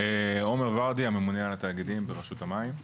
עומר ורדי, הממונה על התאגידים ברשות המים.